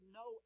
no